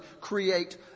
create